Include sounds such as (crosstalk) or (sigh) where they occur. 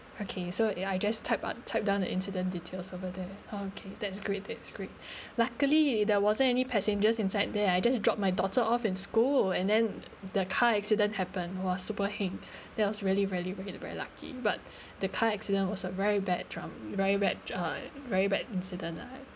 okay so I just type out type down the incident details over there okay that's great that's great (breath) luckily in there wasn't any passengers inside there I just drop my daughter off in school and then the car accident happened was super heng (breath) that was really really really very lucky but (breath) the car accident was a very bad drum very bad uh very bad incident lah